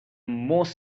most